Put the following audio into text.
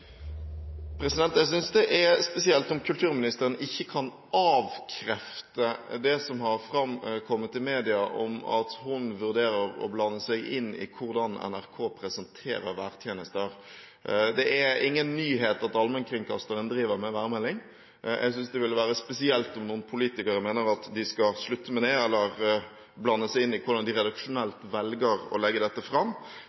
Jeg synes det er spesielt om kulturministeren ikke kan avkrefte det som har framkommet i media, om at hun vurderer å blande seg inn i hvordan NRK presenterer værtjenester. Det er ingen nyhet at allmennkringkasteren driver med værmelding. Jeg synes det ville være spesielt om noen politikere mener at de skal slutte med det, eller blander seg inn i hvordan de